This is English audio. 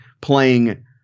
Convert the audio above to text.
playing